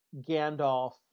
Gandalf